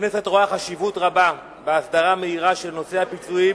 1. הכנסת רואה חשיבות רבה בהסדרה מהירה של נושא הפיצויים